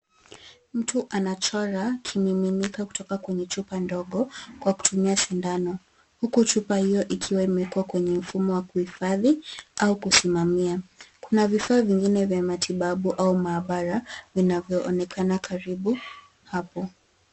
Mtu anachora kimiminika kutoka kwenye chupa ndogo kwa kutumia sindano, huku chupa hiyo ikiwa imewekwa kwenye mfumo wa kuhifadhi au kutumia. Kuna vifaa vingine vya maabaara vinavyoonekana karibu hapo.